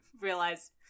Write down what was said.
realized